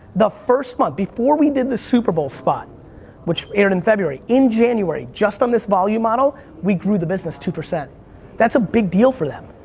the first month, before we did the super bowl spot which aired in february, in january, just on this volume model we grew the business two. that's a big deal for them,